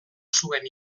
zuen